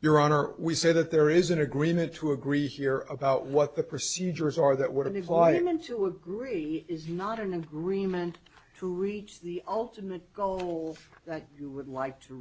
your honor we say that there is an agreement to agree here about what the procedures are that would have if i am going to agree is not an agreement to reach the ultimate goal that you would like to